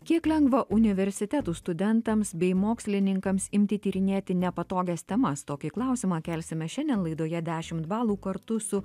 kiek lengva universitetų studentams bei mokslininkams imti tyrinėti nepatogias temas tokį klausimą kelsime šiandien laidoje dešimt balų kartu su